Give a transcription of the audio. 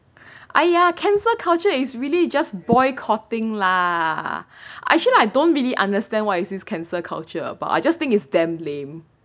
!aiya! cancel culture is really just boycotting lah actually I don't really understand why is this cancel culture but I just think it's damn lame